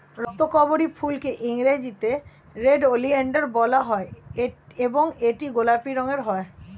রক্তকরবী ফুলকে ইংরেজিতে red oleander বলা হয় এবং এটি গোলাপি রঙের হয়